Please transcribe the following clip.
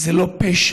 זה לא פשע.